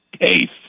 case